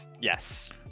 Yes